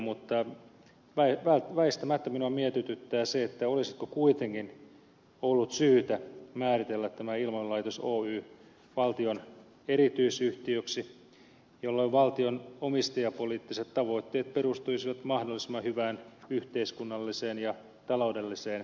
mutta väistämättä minua mietityttää se olisiko kuitenkin ollut syytä määritellä tämä ilmailulaitos oy valtion erityisyhtiöksi jolloin valtion omistajapoliittiset tavoitteet perustuisivat mahdollisimman hyvään yhteiskunnalliseen ja taloudelliseen kokonaistulokseen